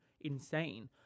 insane